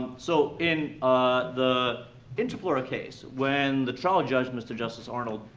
so, in the interflora case, when the trial judge, mr justice arnold,